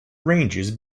ranges